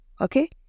Okay